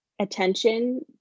attention